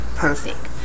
perfect